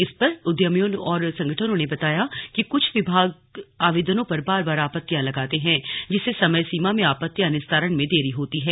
इस पर उद्यमियों और संगठनों ने बताया कि कुछ विभाग आवेदनों पर बार बार आपत्तिया लगाते हैं जिससे समय सीमा में आपत्तियां निस्तारण में देरी होती है